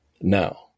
now